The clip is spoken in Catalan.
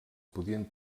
podien